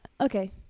okay